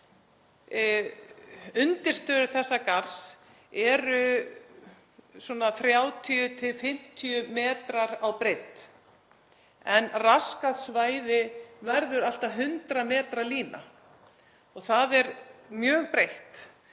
Undirstöður þessa garðs eru svona 30–50 metrar á breidd en raskað svæði verður allt að 100 metra lína. Það er mjög breitt